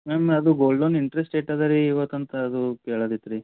ma'am ಅದು gold loan interest ಏಟು ಅದರೀ ಇವತ್ತು ಅಂತ ಅದು ಕೇಳೋದಿತ್ತು ರೀ